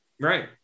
Right